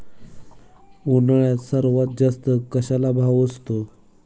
उन्हाळ्यात सर्वात जास्त कशाला भाव असतो?